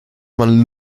man